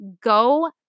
go